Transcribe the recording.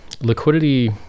liquidity